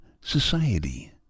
society